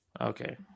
Okay